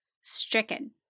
stricken